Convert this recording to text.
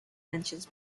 mentions